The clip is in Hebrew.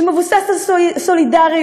שמבוסס על סולידריות,